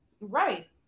right